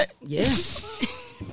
Yes